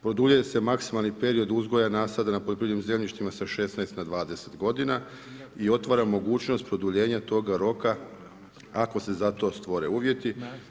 Produljuju se maksimalni period uzgoja nasada na poljoprivrednim zemljištima sa 16 na 20 g. i otvara mogućnost produljenja tog roka ako se za to stvore uvjete.